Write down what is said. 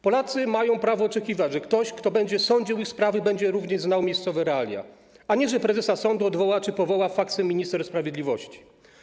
Polacy mają prawo oczekiwać, że ktoś, kto będzie sądził ich sprawy, będzie również znał miejscowe realia, a nie że prezesa sądu odwoła czy powoła faksem minister sprawiedliwości.